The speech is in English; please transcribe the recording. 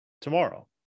tomorrow